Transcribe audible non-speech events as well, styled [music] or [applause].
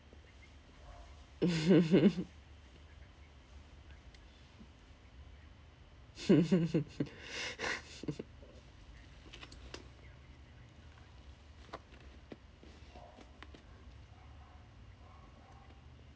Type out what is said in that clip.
[laughs] [laughs]